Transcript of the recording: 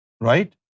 right